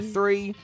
Three